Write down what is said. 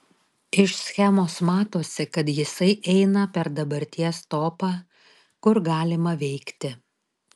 iš schemos matosi kad jisai eina per dabarties topą kur galima veikti